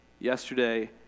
yesterday